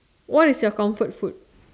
what is your comfort food